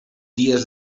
dies